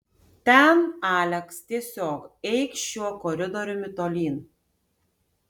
ten aleks tiesiog eik šiuo koridoriumi tolyn